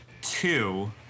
two